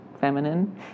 feminine